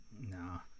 No